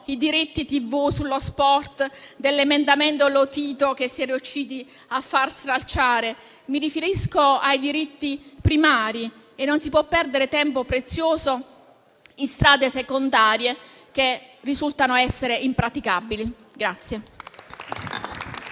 i diritti TV sullo sport del cosiddetto emendamento Lotito che si è riusciti a far stralciare. Mi riferisco ai diritti primari: non si può perdere tempo prezioso in strade secondarie, che risultano essere impraticabili.